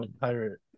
pirate